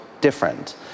different